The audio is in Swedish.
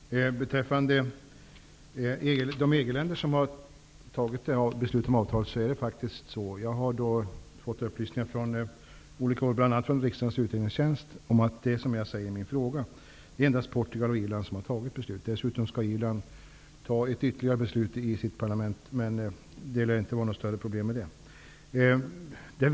Fru talman! Beträffande de EG-länder som har fattat beslut om ett avtal har jag fått upplysningar från olika håll, bl.a. från riksdagens utredningstjänst, om att det förhåller sig på det sätt som jag anger i min fråga. Det är alltså endast Portugal och Irland som har fattat beslut. Dessutom skall Irland fatta ytterligare ett beslut i sitt parlament. Men det lär inte vara några större problem med det.